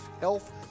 health